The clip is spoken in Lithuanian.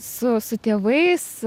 su su tėvais